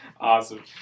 Awesome